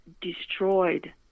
destroyed